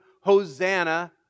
Hosanna